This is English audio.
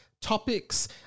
topics